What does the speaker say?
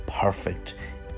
perfect